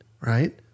right